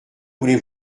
voulez